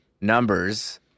numbers